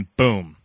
boom